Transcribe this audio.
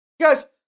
Guys